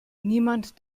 niemand